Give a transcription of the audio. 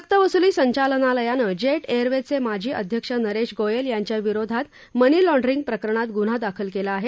सक्तवसूली संचालनालयानं जेट एअरवेजचे माजी अध्यक्ष नरेश गोयल यांच्याविरोधात मनी लाँण्डूरिंग प्रकरणात गुन्हा दाखल केला आहे